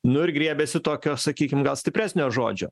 nu ir griebėsi tokio sakykim gal stipresnio žodžio